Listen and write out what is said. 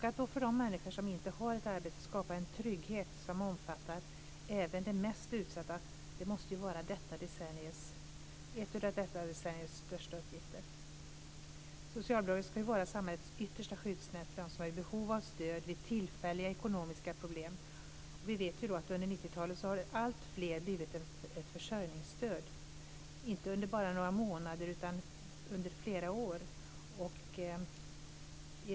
Att för de människor som inte har ett arbete skapa en trygghet som omfattar även de mest utsatta måste vara ett av detta decenniums största uppgifter. Socialbidraget ska vara samhällets yttersta skyddsnät för dem som är i behov av stöd vid tillfälliga ekonomiska problem. Vi vet att det under 90-talet för alltfler har blivit ett försörjningsstöd inte bara under några månader utan för flera år.